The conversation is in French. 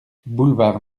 boulevard